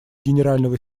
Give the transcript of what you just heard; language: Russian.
генерального